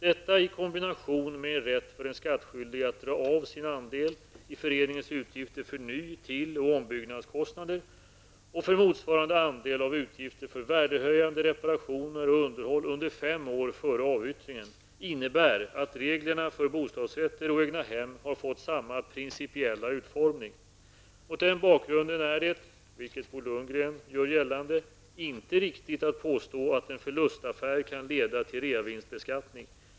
Detta i kombination med en rätt för den skattskyldige att dra av sin andel i föreningens utgifter för ny-, till och ombyggnadskostnader och för motsvarande andel av utgifter för värdehöjande reparationer och underhåll under fem år före avyttringen innebär att reglerna för bostadsrätter och egnahem har fått samma principiella utformning. Mot den bakgrunden är det -- vilket Bo Lundgren gör gällande -- inte riktigt att påstå att en förlustaffär kan leda till reavinstbeskattning.